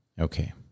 Okay